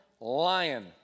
lion